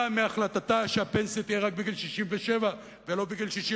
מהחלטתה שהפנסיה תהיה רק בגיל 67 ולא בגיל 65?